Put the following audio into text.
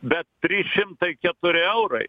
bet trys šimtai keturi eurai